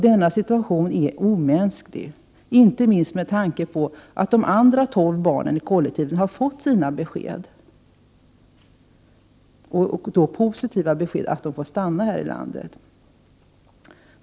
Denna situation är omänsklig, inte minst med tanke på att de andra tolv barnen i kollektivet har fått besked — och positiva sådana — att de får stanna här i landet.